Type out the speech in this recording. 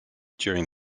during